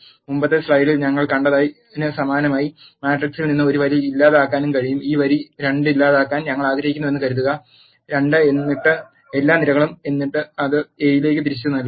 മുമ്പത്തെ സ്ലൈഡിൽ ഞങ്ങൾ കണ്ടതിന് സമാനമായി മാട്രിക്സിൽ നിന്ന് ഒരു വരി ഇല്ലാതാക്കാനും കഴിയും ഈ വരി 2 ഇല്ലാതാക്കാൻ ഞങ്ങൾ ആഗ്രഹിക്കുന്നുവെന്ന് കരുതുക 2 എന്നിട്ട് എല്ലാ നിരകളും എന്നിട്ട് അത് എയിലേക്ക് തിരികെ നൽകുക